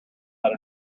out